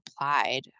applied